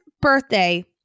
birthday